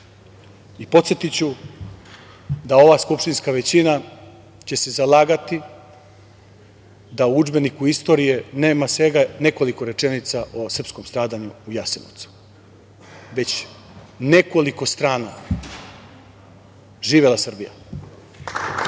i podsetiću da ova skupštinska većina će se zalagati da u udžbeniku istorije nema svega nekoliko rečenica o srpskom stradanju u Jasenovcu, već nekoliko strana. Živela Srbija.